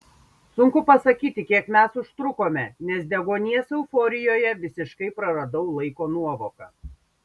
sunku pasakyti kiek mes užtrukome nes deguonies euforijoje visiškai praradau laiko nuovoką